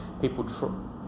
people